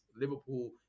Liverpool